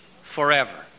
forever